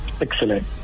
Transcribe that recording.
excellent